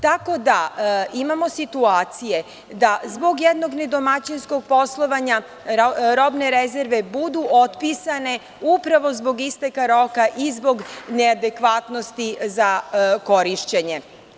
Tako da, imamo situacije da zbog jednog ne domaćinskog poslovanja robne rezerve budu otpisane upravo zbog isteka roka i zbog neadekvatnosti za korišćenje.